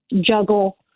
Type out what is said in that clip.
juggle